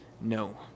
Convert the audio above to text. No